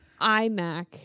iMac